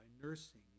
nursing